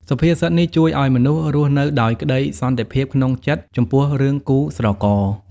សុភាសិតនេះជួយឱ្យមនុស្សរស់នៅដោយក្ដីសន្តិភាពក្នុងចិត្ត ចំពោះរឿងគូស្រករ។